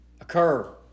occur